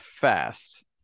fast